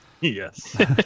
Yes